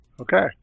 Okay